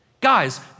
Guys